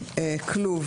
(cup).